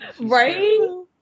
Right